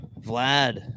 Vlad